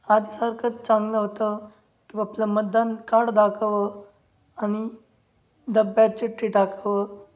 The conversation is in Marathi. आधीसारखं चांगलं होतं की आपलं मतदान काड दाखव आणि डब्ब्यात चिठ्ठी टाकावं